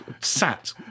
sat